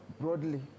broadly